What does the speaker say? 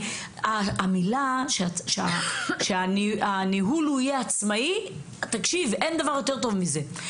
אם הניהול יהיה עצמאי אין דבר יותר טוב מזה,